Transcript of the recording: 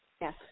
Yes